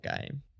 game